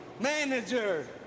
manager